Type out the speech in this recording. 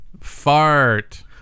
Fart